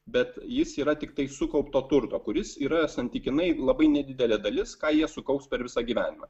bet jis yra tiktai sukaupto turto kuris yra santykinai labai nedidelė dalis ką jie sukaups per visą gyvenimą